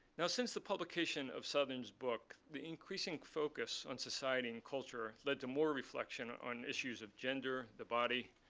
now since the publication of southern's book, the increasing focus on society and culture led to more reflection on issues of gender, the body,